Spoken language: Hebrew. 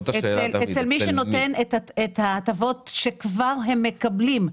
אצל מי שנותן את ההטבות שכבר הם מקבלים.